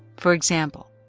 for example,